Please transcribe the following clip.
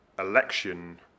election